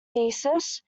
theseus